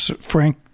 Frank